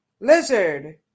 lizard